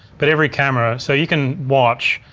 but every camera, so you can watch,